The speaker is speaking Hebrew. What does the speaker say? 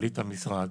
מנכ"לית המשרד.